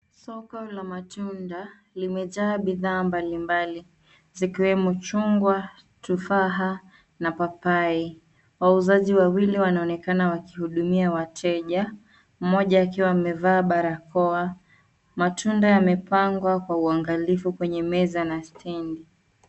Soko la matunda limejaa bidhaa mbalimbali zikiwemo chungwa, tufaha na papai. Wauzaji wawili wanaonekana wakihudumia wateja. Mmoja akiwa amevaa barakoa. Matunda yamepangwa kwa uangalifu kwenye meza na stendi.